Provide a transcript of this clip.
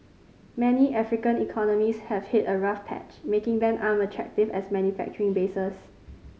many African economies have hit a rough patch making them unattractive as manufacturing bases